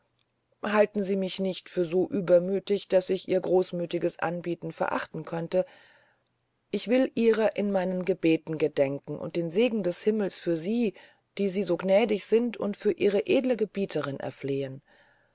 halten sie mich nicht für so übermüthig daß ich ihr großmüthiges anbieten verachten könne ich will ihrer in meinem gebet gedenken und den segen des himmels für sie die sie so gnädig sind und für ihre edle gebieterin erflehen